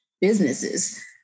businesses